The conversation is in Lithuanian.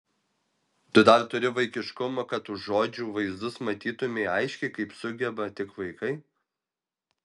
tu dar turi vaikiškumo kad už žodžių vaizdus matytumei aiškiai kaip sugeba tik vaikai